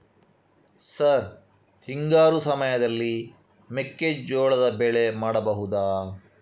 Sir ಹಿಂಗಾರು ಸಮಯದಲ್ಲಿ ಮೆಕ್ಕೆಜೋಳದ ಬೆಳೆ ಮಾಡಬಹುದಾ?